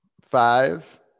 Five